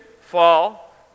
fall